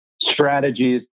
strategies